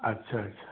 अच्छा अच्छा